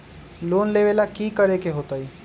Loan लेवेला की करेके होतई?